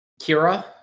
Kira